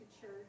church